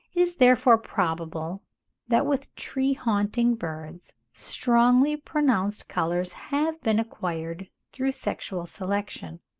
it is therefore probable that with tree-haunting birds, strongly-pronounced colours have been acquired through sexual selection,